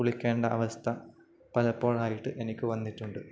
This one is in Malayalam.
കുളിക്കേണ്ട അവസ്ഥ പലപ്പോഴായിട്ട് എനിക്കു വന്നിട്ടുണ്ട്